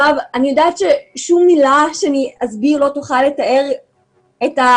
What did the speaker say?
אני יודעת ששום מילה שאגיד לא תוכל לתאר כמה